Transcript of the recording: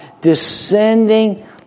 descending